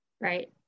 Right